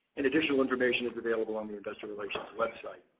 in addition, information is available on the investor relations website.